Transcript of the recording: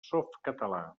softcatalà